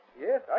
Yes